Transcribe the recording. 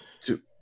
Two